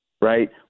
right